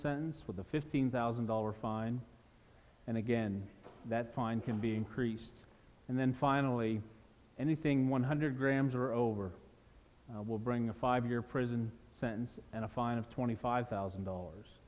sentence with a fifteen thousand dollar fine and again that fine can be increased and then finally anything one hundred grams or over will bring a five year prison sentence and a fine of twenty five thousand dollars